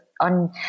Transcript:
On